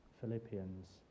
Philippians